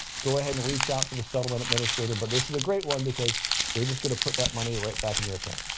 go ahead and reach out to settlement administrator. but this is a great one because they're just going to put that money right back in your account. oh,